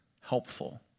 helpful